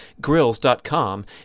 grills.com